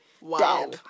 Wow